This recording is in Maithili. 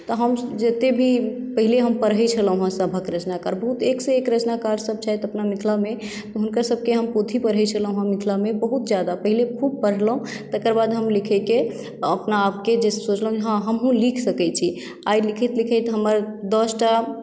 तऽ हम जतेक भी पहिले हम पढ़ैत छलहुँ हेँ सभक रचनाकार बहुत एकसँ एक रचनाकारसभ छथि अपना मिथिलामे हुनकरसभके हम पोथी पढ़ैत छलहुँ हेँ मिथिलामे बहुत ज्यादा पहिले खूब पढ़लहुँ तकर बाद हम लिखयकेँ अपना आपके जे सोचलहुँ जे हमहूँ लिख सकैत छी आइ लिखैत लिखैत हमर दस टा